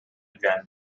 again